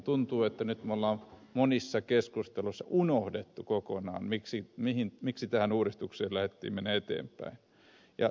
tuntuu että nyt me olemme monissa keskusteluissa unohtaneet kokonaan miksi tähän uudistukseen lähdettiin menemään eteenpäin